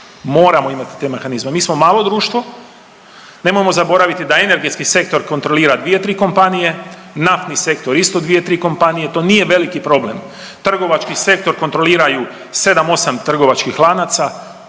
Moramo imati te mehanizme. Mi smo malo društvo, nemojmo zaboraviti da energetski sektor kontrolira 2, 3 kompanije, naftni sektor isto 2, 3 kompanije, to nije veliki problem. Trgovački sektor kontroliraju 7, 8 trgovačkih lanaca,